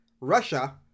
Russia